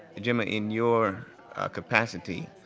gemma, in your capacity,